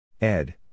Ed